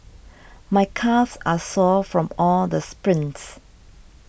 my calves are sore from all the sprints